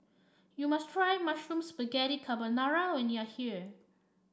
you must try Mushroom Spaghetti Carbonara when you are here